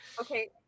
Okay